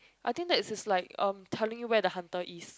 I think that is like um telling you where the hunter is